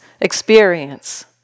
experience